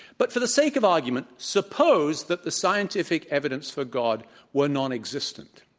but for the sake of argument, suppose that the scientific evidence for god were non-existent.